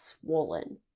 swollen